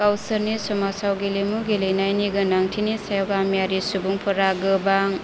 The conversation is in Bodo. गावसोरनि समाजाव गेलेमु गेलेनायनि गोनांथिनि सायाव गामियारि सुबुंफोरा गोबां